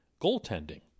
goaltending